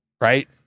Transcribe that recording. Right